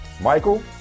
Michael